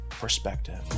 perspective